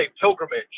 pilgrimage